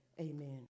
Amen